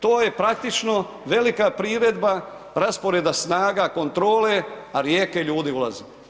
To je praktično velika priredba rasporeda snaga kontrole, a rijeke ljudi ulaze.